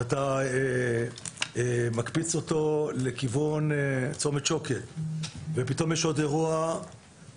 ואתה מקפיץ אותו לכיוון צומת שוקת ופתאום יש עוד אירוע